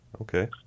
Okay